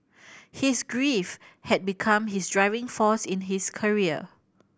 his grief had become his driving force in his career